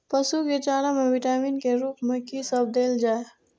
पशु के चारा में विटामिन के रूप में कि सब देल जा?